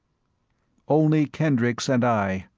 only kendricks and i,